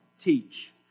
teach